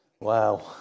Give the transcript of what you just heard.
Wow